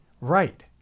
right